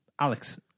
Alex